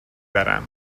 برم